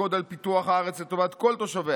תִשקוד על פיתוח הארץ לטובת כל תושביה,